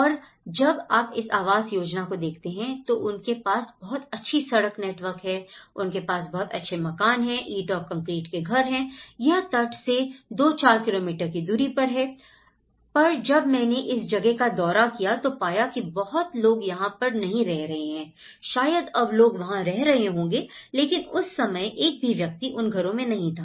और जब आप इस आवास योजना को देखते हैं तो उनके पास बहुत अच्छी सड़क नेटवर्क है उनके पास बहुत अच्छे मकान है ईंट और कंक्रीट के घर हैं यह तट से 2 4 किलोमीटर की दूरी पर है सर जब मैंने इस जगह का दौरा किया तो पाया कि बहुत बहुत लोग यहां पर नहीं रह रहे शायद अब लोग वहां रह रहे होंगे लेकिन उस समय एक भी व्यक्ति उन घरों में नहीं था